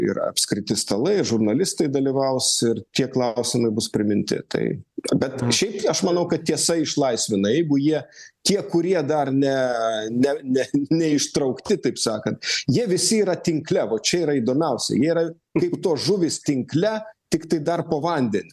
yra apskriti stalai žurnalistai dalyvaus ir tie klausimai bus priminti tai bet šiaip aš manau kad tiesa išlaisvina jeigu jie tie kurie dar ne ne ne neištraukti taip sakant jie visi yra tinkle va čia yra įdomiausia jie yra kaip tos žuvys tinkle tiktai dar po vandeniu